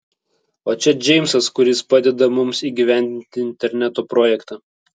o čia džeimsas kuris padeda mums įgyvendinti interneto projektą